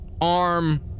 arm